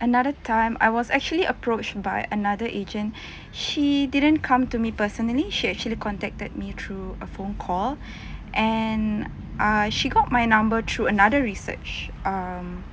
another time I was actually approached by another agent she didn't come to me personally she actually contacted me through a phone call and uh she got my number through another research um